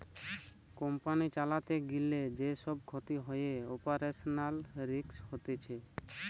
company চালাতে গিলে যে সব ক্ষতি হয়ে অপারেশনাল রিস্ক হতিছে